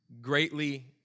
greatly